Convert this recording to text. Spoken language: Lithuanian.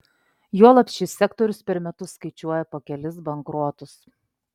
juolab šis sektorius per metus skaičiuoja po kelis bankrotus